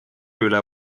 üle